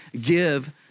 give